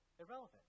irrelevant